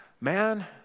Man